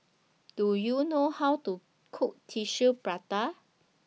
Do YOU know How to Cook Tissue Prata